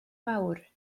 mawr